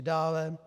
Dále.